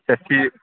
اَچھا ٹھیٖک